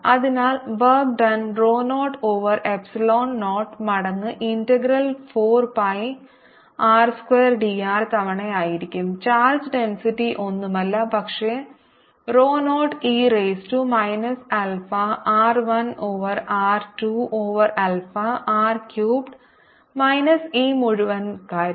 അതിനാൽ work done rho 0 over epsilon 0 മടങ്ങ് integral 4 pi R square d r തവണയായിരിക്കും charge density ഒന്നുമല്ല പക്ഷേ rho 0 e raise to minus alpha R 1 over R 2 over alpha R cubed minus ഈ മുഴുവൻ കാര്യം